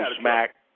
smack